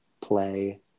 play